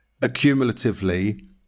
accumulatively